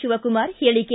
ಶವಕುಮಾರ ಹೇಳಿಕೆ